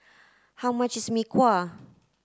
how much is Mee Kuah